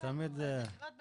מותר לנו קריאות ביניים.